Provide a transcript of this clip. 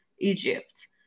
Egypt